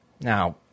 now